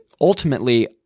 ultimately